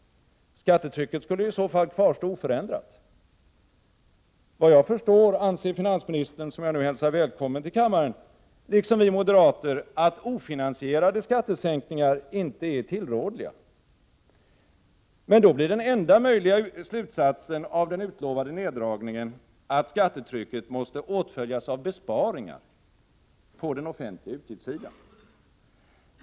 Skattetrycket skulle ju i så fall kvarstå oförändrat. Vad jag förstår anser finansministern — som jag nu hälsar välkommen till kammaren — liksom vi moderater att ofinansierade skattesänkningar inte är tillrådliga. Men då blir den enda möjliga slutsatsen av den utlovade neddragningen att skattetrycket måste åtföljas av besparingar på den offentliga utgiftssidan.